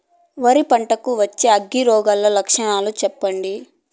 వరి పంట కు వచ్చే అగ్గి రోగం లక్షణాలు చెప్పండి?